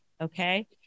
okay